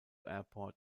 airport